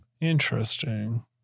Interesting